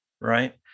right